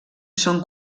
són